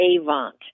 Avant